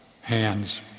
hands